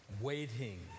waiting